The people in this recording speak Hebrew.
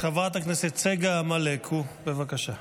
חברת הכנסת צגה מלקו, בבקשה.